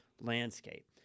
landscape